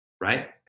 Right